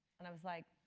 and i was like,